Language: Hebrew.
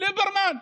ליברמן.